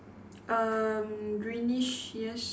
erm greenish yes